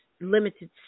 limited